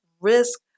risk